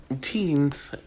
teens